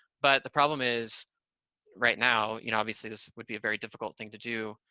but the problem is right now, you know, obviously, this would be a very difficult thing to do.